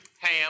Ham